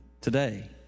today